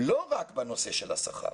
לא רק בנושא של השכר.